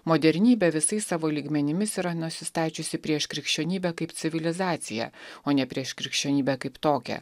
modernybė visais savo lygmenimis yra nusistačiusi prieš krikščionybę kaip civilizaciją o ne prieš krikščionybę kaip tokią